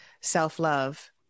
self-love